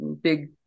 big